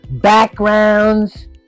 Backgrounds